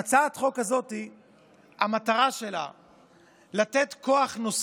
המטרה של הצעת החוק הזאת היא לתת כוח נוסף